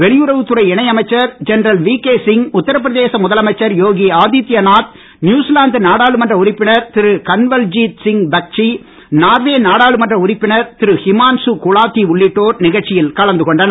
வெளியுறவுத் துறை இணை அமைச்சர் ஜென்ரல் விகே சிங் உத்தரபிரதேச முதலமைச்சர் யோகி ஆதித்ய நாத் நியூசிலாந்து நாடாளுமன்ற உறுப்பினர் திரு கன்வல்ஜீத் சிங் பக்சி நார்வே நாடாளுமன்ற உறுப்பினர் திரு ஹிமான்சு குலாத்தி உள்ளிட்டோர் நிகழ்ச்சியில் கலந்து கொண்டனர்